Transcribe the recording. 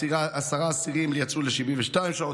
עשרה אסירים יצאו ל-72 שעות,